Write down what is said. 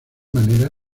manera